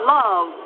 love